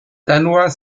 danois